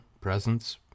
presents